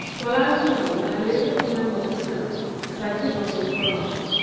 while i was young i lived upon my mother's milk, as i could not eat grass.